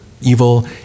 evil